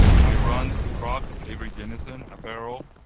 i run crocs, averydennison apparel.